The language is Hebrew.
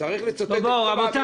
צריך לצטט את כל האמירות.